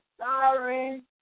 sorry